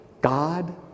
God